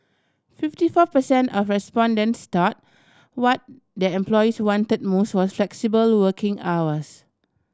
fifty four per cent of respondents thought what their employees wanted most was flexible working hours